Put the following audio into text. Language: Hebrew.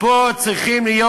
תודה רבה.